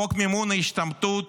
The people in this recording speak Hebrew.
חוק מימון ההשתמטות